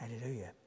Hallelujah